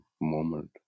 moment